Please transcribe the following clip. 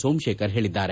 ಸೋಮಶೇಖರ್ ಹೇಳಿದ್ದಾರೆ